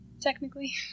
technically